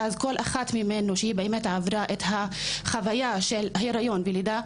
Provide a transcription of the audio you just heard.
ואז כל אחת מהן שעברה את החוויה של היריון ולידה,